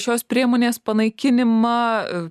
šios priemonės panaikinimą